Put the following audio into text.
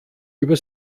über